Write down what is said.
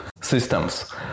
systems